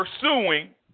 pursuing